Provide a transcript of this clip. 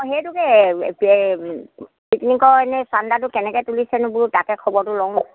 অঁ সেইটোকে পিকনিকৰ এনেই চান্দাটো কেনেকৈ তুলিছেনো বোলো তাকে খবৰটো লওঁ